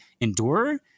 endure